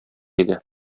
иде